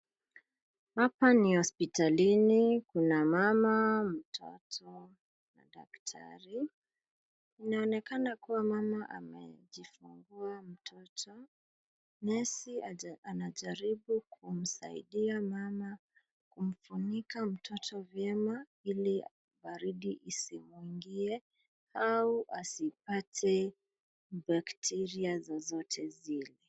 Hapa ni hospitalini. Kuna mama, mtoto na daktari. Inaonekana kuwa mama amejifungua mtoto. Nesi anajaribu kumsaidia mama kumfunika mtoto vyema ili baridi isimwingie au asipate bakteria zozote zile.